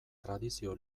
tradizio